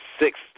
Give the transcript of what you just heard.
sixth